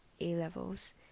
A-levels